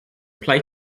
play